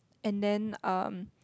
and then um